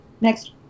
Next